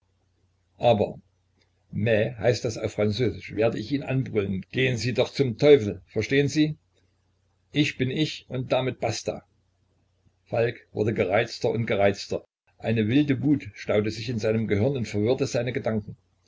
aber mais heißt das auf französisch werde ich ihn anbrüllen gehen sie doch zum teufel verstehen sie ich bin ich und damit basta falk wurde gereizter und gereizter eine wilde wut staute sich in seinem gehirne und verwirrte seine gedanken